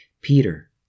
Peter